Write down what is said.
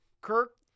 Kirk